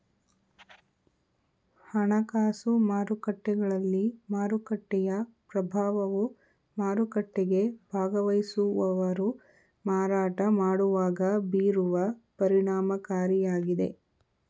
ಹಣಕಾಸು ಮಾರುಕಟ್ಟೆಗಳಲ್ಲಿ ಮಾರುಕಟ್ಟೆಯ ಪ್ರಭಾವವು ಮಾರುಕಟ್ಟೆಗೆ ಭಾಗವಹಿಸುವವರು ಮಾರಾಟ ಮಾಡುವಾಗ ಬೀರುವ ಪರಿಣಾಮಕಾರಿಯಾಗಿದೆ